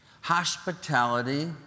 hospitality